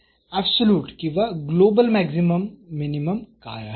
तर ऍबसोल्युट किंवा global maximum minimum काय आहे